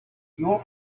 your